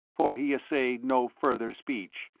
for he essayed no further speech,